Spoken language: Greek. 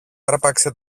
άρπαξε